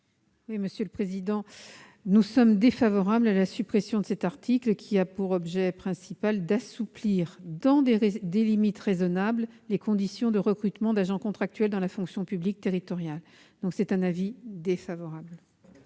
la commission ? Nous sommes défavorables à la suppression de cet article, qui a pour objet principal d'assouplir, dans des limites raisonnables, les conditions de recrutement d'agents contractuels dans la fonction publique territoriale. Quel est l'avis du